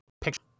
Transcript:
picture